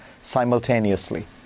simultaneously